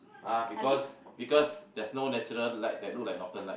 ah because because there's no natural light that look like Northern-Light